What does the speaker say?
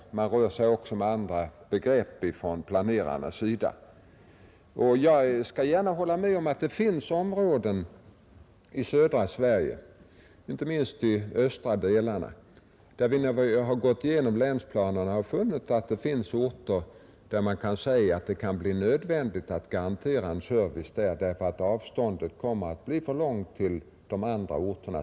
Planerarna rör sig också med en del andra begrepp. Jag skall gärna hålla med om att i vissa områden i södra Sverige — inte minst i de östra delarna — har vi vid genomgång av länsplanerna funnit orter, beträffande vilka det kan vara nödvändigt att garantera en service därför att avståndet kommer att bli för långt till andra orter.